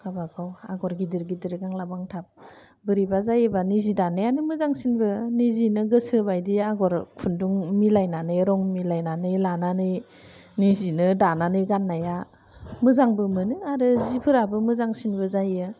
गावबागाव आगर गिदिर गिदिर गांग्लाब गांथाब बोरैबा जायोबा निजि दानायानो मोजांसिनबो गावनो गोसो बायदि आगर खुन्दुं मिलायनानै रं मिलायनानै लानानै गावनो दानानै गाननाया मोजांबो मोनो आरो सिफोराबो मोजांसिनबो जायो